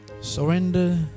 Surrender